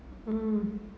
mm